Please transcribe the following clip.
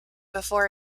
before